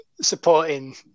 supporting